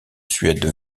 suède